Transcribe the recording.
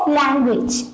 language